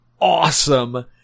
awesome